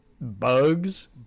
Bugs